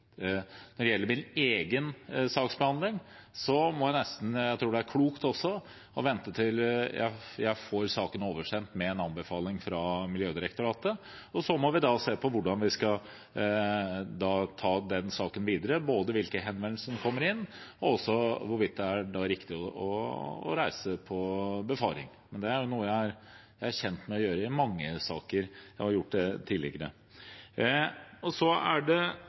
Når det gjelder min egen saksbehandling, må jeg nesten – og det tror jeg også er klokt – vente til jeg får saken oversendt med en anbefaling fra Miljødirektoratet. Så må vi se på hvordan vi skal ta den saken videre, både når det gjelder hvilke henvendelser som kommer inn, og hvorvidt det er riktig å reise på befaring. Det er noe jeg er kjent med å gjøre i mange saker, og har gjort tidligere. Representanten Haltbrekken etterlyste framdrift. Fra 2004 ble det identifisert 36 områder. Sju av disse er vernet i dag. Så det